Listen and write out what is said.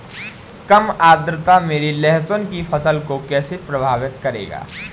कम आर्द्रता मेरी लहसुन की फसल को कैसे प्रभावित करेगा?